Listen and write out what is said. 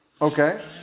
Okay